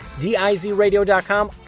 D-I-Z-Radio.com